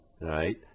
right